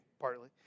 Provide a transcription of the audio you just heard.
partly